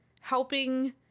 helping